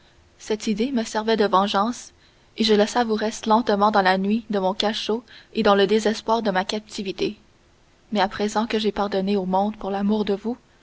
cette idée me servait de vengeance et je la savourais lentement dans la nuit de mon cachot et dans le désespoir de ma captivité mais à présent que j'ai pardonné au monde pour l'amour de vous